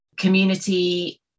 Community